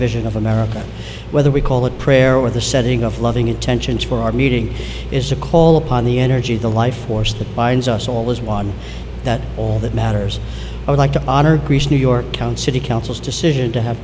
vision of america whether we call it prayer with the setting of loving intentions for our meeting is to call upon the energy the life force that binds us all is one that all that matters i would like to honor greece new york count city council's decision to have